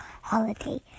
holiday